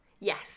Yes